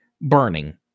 burning